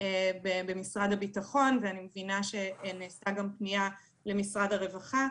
במשרד הביטחון ואני מבינה שנעשתה גם פניה למשרד הרווחה.